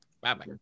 Bye-bye